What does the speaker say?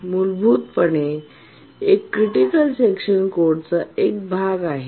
मूलभूतपणे एक critical section कोडचा एक भाग आहे